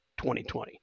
2020